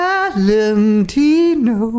Valentino